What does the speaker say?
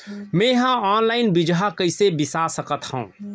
मे हा अनलाइन बीजहा कईसे बीसा सकत हाव